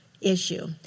issue